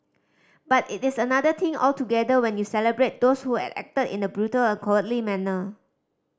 but it is another thing altogether when you celebrate those who had acted in the brutal a cowardly manner